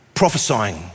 Prophesying